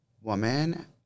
woman